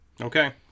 Okay